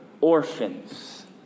orphans